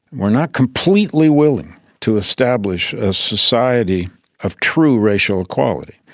were not completely willing to establish a society of true racial equality.